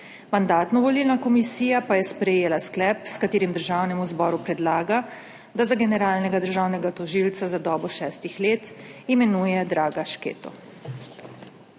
Mandatno-volilna komisija pa je sprejela sklep, s katerim Državnemu zboru predlaga, da za generalnega državnega tožilca za dobo šestih let imenuje Draga Šketo.